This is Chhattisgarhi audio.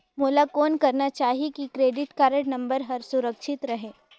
मोला कौन करना चाही की क्रेडिट कारड नम्बर हर सुरक्षित रहे?